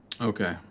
Okay